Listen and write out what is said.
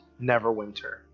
Neverwinter